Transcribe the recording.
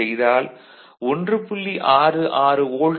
அப்படி செய்தால் 1